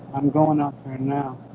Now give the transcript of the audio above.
i'm going out there now